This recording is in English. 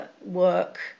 work